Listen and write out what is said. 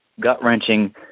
gut-wrenching